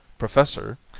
professor,